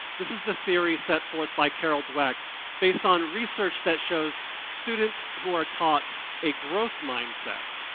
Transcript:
this is the theory set forth by carol dweck based on research that shows students who are taught a growth mindset.